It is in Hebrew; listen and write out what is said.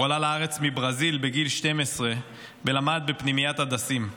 עלה לארץ מברזיל בגיל 12 ולמד בפנימיית הדסים.